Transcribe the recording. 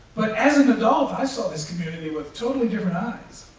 but as an adult, i saw this community with totally different eyes,